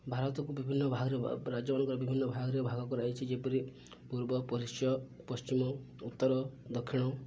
ଭାରତକୁ ବିଭିନ୍ନ ଭାଗରେ ରାଜ୍ୟମାନଙ୍କର ବିଭିନ୍ନ ଭାଗରେ ଭାଗ କରାଯାଇଛିି ଯେପରି ପୂର୍ବ ପରିଶ୍ୟ ପଶ୍ଚିମ ଉତ୍ତର ଦକ୍ଷିଣ